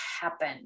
happen